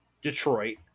Detroit